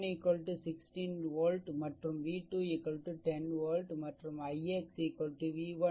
v1 16 volt மற்றும் v2 10 volt மற்றும் ix v1 v2 5